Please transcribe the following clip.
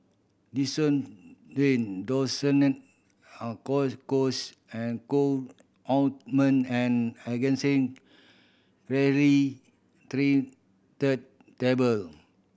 Desowen Desonide Cocois and Co Ointment and Angised Trinitrate Tablet